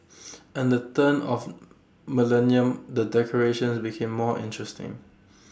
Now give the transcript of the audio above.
and the turn of millennium the decorations became more interesting